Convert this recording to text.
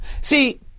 See